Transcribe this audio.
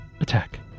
attack